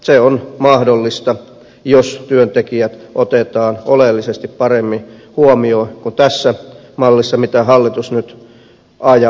se on mahdollista jos työntekijät otetaan oleellisesti paremmin huomioon kuin tässä mallissa mitä hallitus nyt ajaa